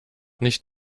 nicht